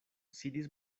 sidis